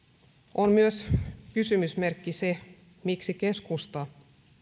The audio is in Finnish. on myös kysymysmerkki se miksi keskusta